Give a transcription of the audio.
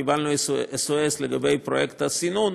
קיבלנו SOS לגבי פרויקט הסינון,